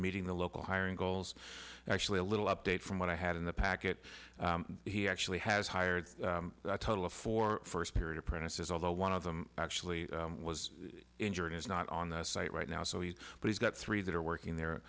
meeting the local hiring goals actually a little update from what i had in the packet he actually has hired a total of four first period apprentices although one of them actually was injured is not on the site right now so he but he's got three that are working there